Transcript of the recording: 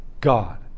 God